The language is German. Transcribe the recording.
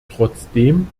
trotzdem